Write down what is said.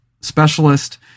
specialist